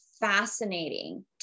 fascinating